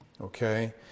Okay